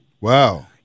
Wow